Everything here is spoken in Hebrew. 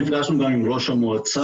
נפגשנו גם עם ראש המועצה,